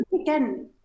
again